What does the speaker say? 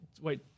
Wait